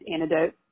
antidote